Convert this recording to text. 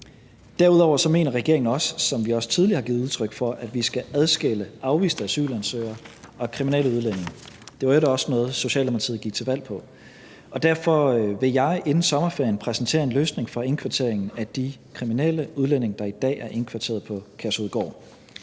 Derudover mener regeringen også, som vi også tidligere har givet udtryk for, at vi skal adskille afviste asylansøgere og kriminelle udlændinge. Det var i øvrigt også noget, Socialdemokratiet gik til valg på. Derfor vil jeg inden sommerferien præsentere en løsning for indkvartering af de kriminelle udlændinge, der i dag er indkvarteret på Kærshovedgård.